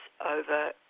over